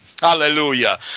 Hallelujah